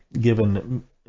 given